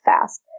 fast